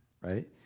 right